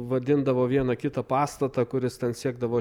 vadindavo vieną kitą pastatą kuris ten siekdavo